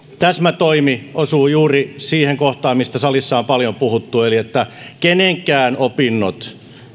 täsmätoimi osuu juuri siihen kohtaan mistä salissa on paljon puhuttu eli siihen että kenenkään opinnot